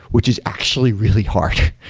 which is actually really hard.